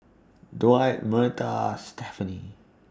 Dwight Myrta Stephany